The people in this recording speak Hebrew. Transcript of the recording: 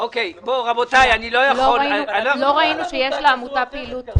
--- לא ראינו שיש לעמותה פעילות.